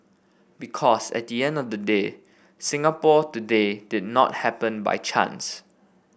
because at the end of the day Singapore today did not happen by chance